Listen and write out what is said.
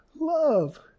love